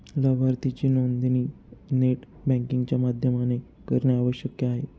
लाभार्थीची नोंदणी net banking च्या माध्यमाने करणे आवश्यक आहे